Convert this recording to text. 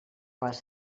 les